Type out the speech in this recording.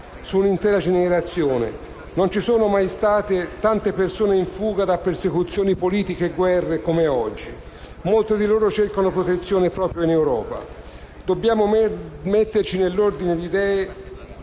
su un'intera generazione. Non ci sono mai state come oggi tante persone in fuga da persecuzioni politiche e guerre, molte delle quali cercano protezione proprio in Europa. Dobbiamo metterci nell'ordine di idee